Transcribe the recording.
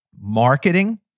Marketing